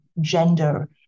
gender